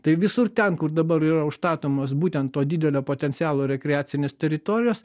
tai visur ten kur dabar yra užstatomos būtent to didelio potencialo rekreacinės teritorijos